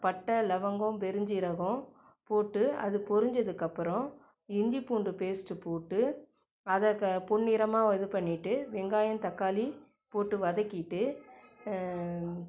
பட்டை லவங்கம் பெருஞ்சீரகம் போட்டு அது பொரிஞ்சதுக்கப்புறம் இஞ்சி பூண்டு பேஸ்ட்டு போட்டு அதை க பொன் நிறமாக இது பண்ணிட்டு வெங்காயம் தக்காளி போட்டு வதக்கிட்டு